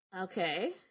okay